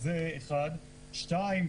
שנית,